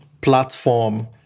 platform